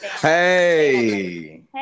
Hey